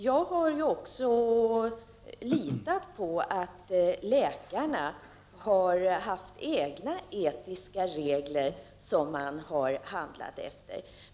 Jag har litat på att läkarna haft egna etiska regler som de handlat efter.